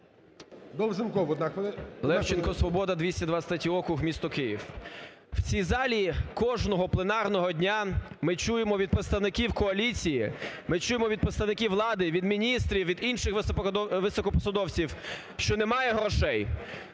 Левченко, "Свобода", 223 округ, місто Київ. В цій залі кожного пленарного дня ми чуємо від представників коаліції, ми чуємо від представників влади, від міністрів, від інших високопосадовців, що немає грошей.